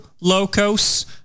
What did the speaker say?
locos